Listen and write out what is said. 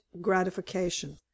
gratification